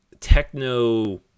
techno